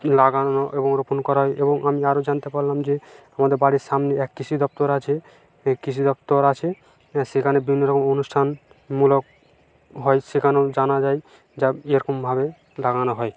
লাগানো এবং রোপণ করা হয় এবং আমি আরও জানতে পারলাম যে আমাদের বাড়ির সামনে এক কৃষি দপ্তর আছে এ কৃষি দপ্তর আছে সেখানে বিভিন্ন রকম অনুষ্ঠানমূলক হয় সেখানেও জানা যায় যা এরকমভাবে লাগানো হয়